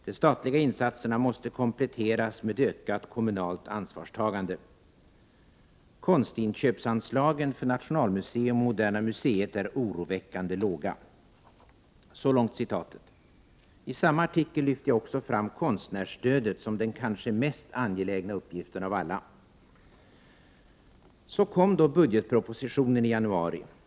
De statliga insatserna måste kompletteras med ökat kommunalt ansvarstagande. Konstinköpsanslagen för Nationalmuseum och Moderna museet är oroväckande låga.” I samma artikel lyfte jag också fram konstnärsstödet som den kanske mest angelägna uppgiften av alla. Så kom då budgetpropositionen i januari.